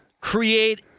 create